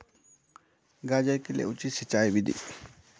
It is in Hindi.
गाजर के लिए उचित सिंचाई विधि?